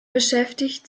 beschäftigt